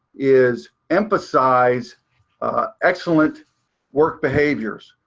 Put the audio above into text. is emphasize excellent work behaviors,